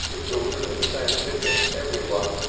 the children in the sandpit and everyone,